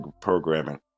programming